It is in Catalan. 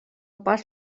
pas